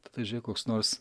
tada žėk koks nors